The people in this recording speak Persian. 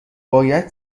باید